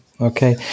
okay